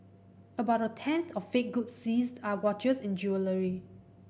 about a tenth of fake goods seized are watches and jewellery